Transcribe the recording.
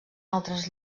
altres